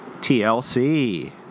TLC